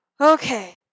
Okay